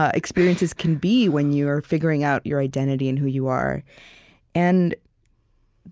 ah experiences can be when you're figuring out your identity and who you are and